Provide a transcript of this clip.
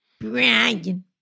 Brian